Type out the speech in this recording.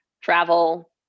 travel